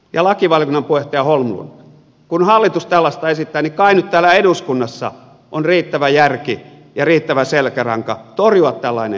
ja lakivaliokunnan puheenjohtaja holmlund kun hallitus tällaista esittää niin kai nyt täällä eduskunnassa on riittävä järki ja riittävä selkäranka torjua tällainen esitys